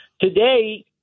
Today